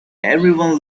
everyone